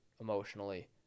emotionally